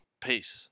Peace